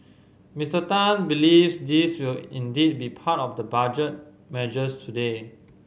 Mister Tan believes these will indeed be part of the budget measures today